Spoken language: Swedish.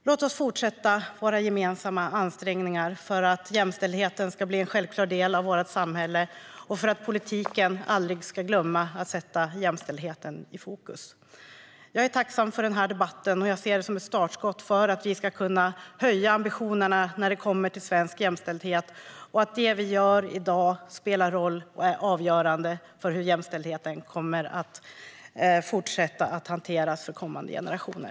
Låt oss fortsätta våra gemensamma ansträngningar för att jämställdheten ska bli en självklar del av vårt samhälle och för att politiken aldrig ska glömma att sätta jämställdheten i fokus. Jag är tacksam för den här debatten. Jag ser den som ett startskott för att vi ska kunna höja ambitionerna när det gäller svensk jämställdhet. Det vi gör i dag spelar roll och är avgörande för hur jämställdheten kommer att fortsätta att hanteras för kommande generationer.